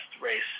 race